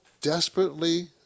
desperately